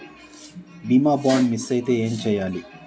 బీమా bond miss అయితే ఏం చేయాలి?